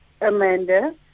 Amanda